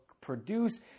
produce